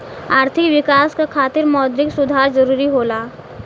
आर्थिक विकास क खातिर मौद्रिक सुधार जरुरी होला